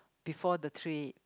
before the trip